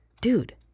Dude